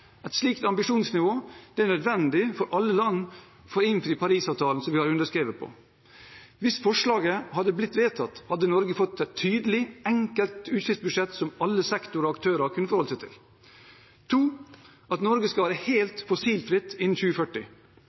et tydelig og enkelt utslippsbudsjett som alle sektorer og aktører kunne forholdt seg til. Norge skal være helt fossilfritt innen 2040.